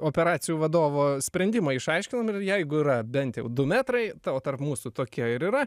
operacijų vadovo sprendimą išaiškinom ir jeigu yra bent jau du metrai na tarp mūsų tokie ir yra